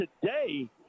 today